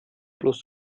bloß